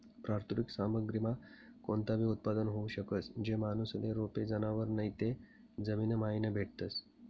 प्राकृतिक सामग्रीमा कोणताबी उत्पादन होऊ शकस, जे माणूसले रोपे, जनावरं नैते जमीनमाईन भेटतस